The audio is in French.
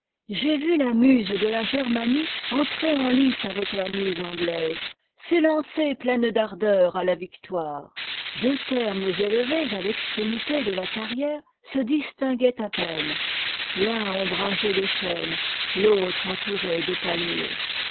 j'ai vu la muse de la germanie entrer en lice avec la muse anglaise s'élancer pleine d'ardeur à la victoire deux termes élevés à l'extrémité de la carrière se distinguaient à peine l'un ombragé de chêne a l'autre entouré de palmiers